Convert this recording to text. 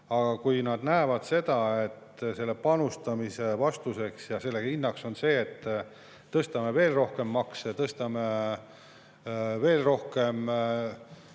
aga kui nad näevad, et selle panustamise vastuseks ja hinnaks on see, et tõstame veel rohkem makse, tõstame veel rohkem neid